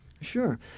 Sure